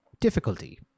difficulty